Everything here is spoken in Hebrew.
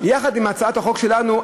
יחד עם הצעת החוק שלנו,